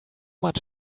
much